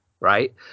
right